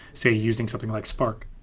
say, using something like spark.